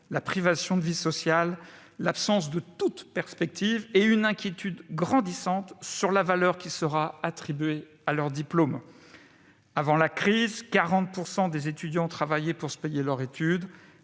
la privation de vie sociale, à l'absence de toute perspective, avec une inquiétude grandissante sur la valeur qui sera attribuée à leur diplôme. Avant la crise, 40 % des étudiants travaillaient pour financer leurs études